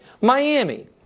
Miami